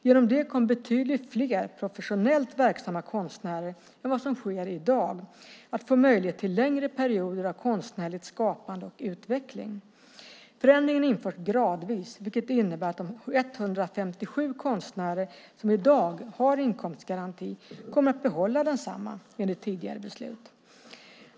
Genom det kommer betydligt fler professionellt verksamma konstnärer än vad som sker i dag att få möjlighet till längre perioder av konstnärligt skapande och utveckling. Förändringen införs gradvis, vilket innebär att de 157 konstnärer som i dag har inkomstgaranti kommer att behålla densamma enligt tidigare beslut.